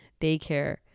daycare